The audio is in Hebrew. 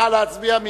נא להצביע.